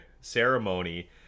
ceremony